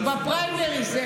בפריימריז?